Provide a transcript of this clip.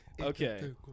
Okay